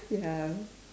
ya